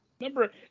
Number